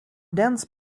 dense